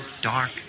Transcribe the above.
dark